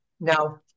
now